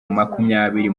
makumyabiri